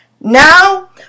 Now